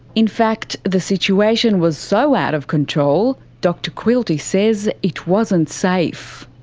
in fact, the situation was so out of control, dr quilty says it wasn't safe.